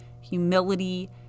humility